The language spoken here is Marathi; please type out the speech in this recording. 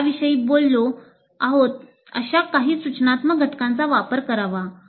आम्ही ज्याविषयी बोललो आहोत अशा काही सूचनात्मक घटकांचा वापर करावा